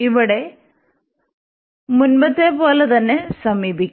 ഇവിടെ മുമ്പത്തെപ്പോലെ തന്നെ സമീപിക്കും